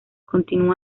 continuó